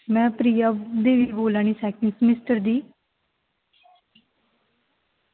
ma'am में प्रिया देवी बोल्ला नी सैकेंड सेमेस्टर दी